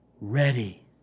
ready